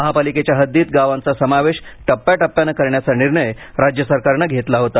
महापालिकेच्या हद्दीत गावांचा समावेश टप्याटप्याने करण्याचा निर्णय राज्य सरकारने घेतला होता